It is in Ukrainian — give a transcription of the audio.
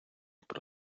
про